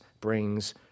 brings